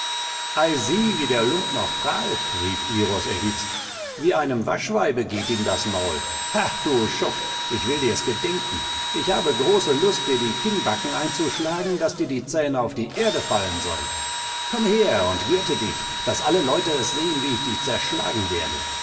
sieh wie der lump noch prahlt rief iros erhitzt wie einem waschweibe geht ihm das maul ha du schuft ich will dir's gedenken ich habe große lust dir die kinnbacken einzuschlagen daß dir die zähne auf die erde fallen sollen komm her und gürte dich daß alle leute es sehen wie ich dich zerschlagen werde